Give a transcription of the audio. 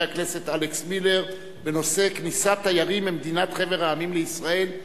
הכנסת אלכס מילר בנושא: כניסת תיירים מחבר המדינות לישראל.